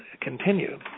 continue